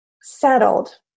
settled